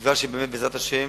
בתקווה שבאמת, בעזרת השם,